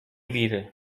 wiry